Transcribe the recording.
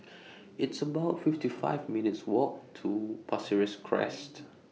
It's about fifty five minutes' Walk to Pasir Ris Crest